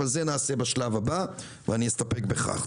אבל את זה נעשה בשלב הבא ואני אסתפק בכך,